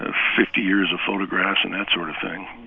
and fifty years of photographs and that sort of thing,